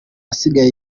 asigaye